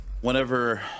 whenever